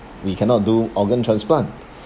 we cannot do organ transplant